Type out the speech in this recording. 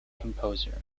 composer